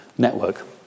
network